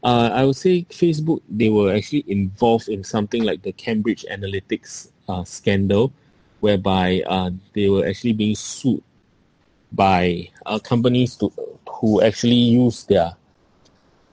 uh I would say Facebook they were actually involved in something like the cambridge analytics uh scandal whereby uh they were actually be sued by uh companies to who actually use their